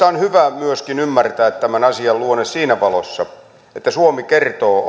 on hyvä myöskin ymmärtää tämän asian luonne siinä valossa että suomi kertoo